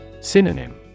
Synonym